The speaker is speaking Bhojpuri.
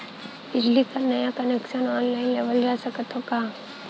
बिजली क नया कनेक्शन ऑनलाइन लेवल जा सकत ह का?